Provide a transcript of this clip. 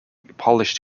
polished